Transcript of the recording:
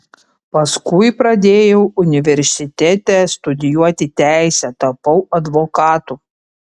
paskui pradėjau universitete studijuoti teisę tapau advokatu